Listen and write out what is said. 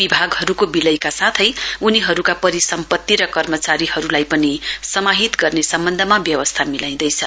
विभागहरूको विलयका साथै उनीहरूका परिसम्पत्ति र कर्मचारीहरूलाई पनि समाहित गर्ने सम्बन्धमा व्यवस्था मिलाईँदैछ